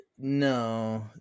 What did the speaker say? No